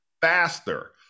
faster